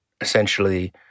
essentially